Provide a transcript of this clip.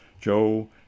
joe